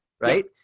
Right